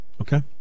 okay